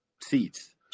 seats